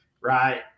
right